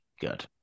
Good